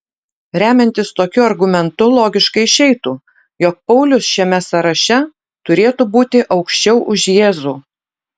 remiantis tokiu argumentu logiškai išeitų jog paulius šiame sąraše turėtų būti aukščiau už jėzų